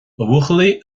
bhuachaillí